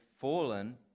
fallen